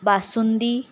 basundi